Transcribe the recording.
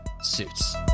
Suits